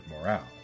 morale